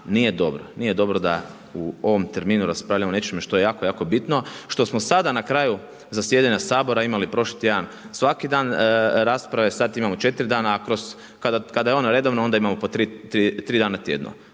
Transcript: Nije dobro da u ovom terminu raspravljamo o nečemu što je jako, jako bitno, što smo sada na kraju zasjedanja Sabora imali prošli tjedan svaki dan rasprave, sada imamo 4 dana a kroz, kada je ono redovno onda imamo po 3 dana tjedno.